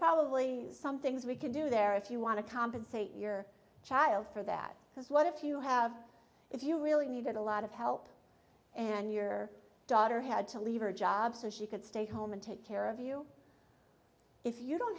probably some things we can do there if you want to compensate your child for that because what if you have if you really needed a lot of help and your daughter had to leave her job so she could stay home and take care of you if you don't